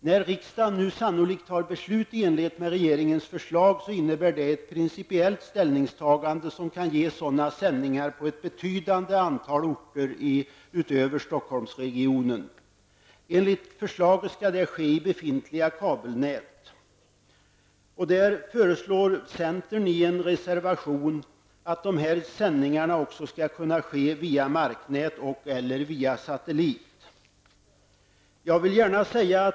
När riksdagen nu sannolikt tar beslut i enlighet med regeringens förslag innebär det ett principiellt ställningstagande som kan ge sådana sändningar på ett betydande antal orter utöver Stockholmsregionen. Enligt förslaget skall det ske i befintliga kabelnät. Centern föreslår i en reservation att dessa sändningar också skall kunna ske via marknät och/eller via satellit.